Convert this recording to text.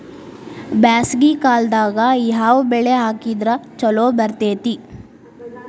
ಬ್ಯಾಸಗಿ ಕಾಲದಾಗ ಯಾವ ಬೆಳಿ ಹಾಕಿದ್ರ ಛಲೋ ಬೆಳಿತೇತಿ?